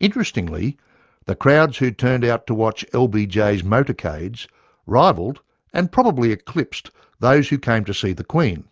interestingly the crowds who turned out to watch ah lbj's motorcades rivalled and probably eclipsed those who came to see the queen